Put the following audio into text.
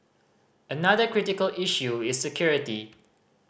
another critical issue is security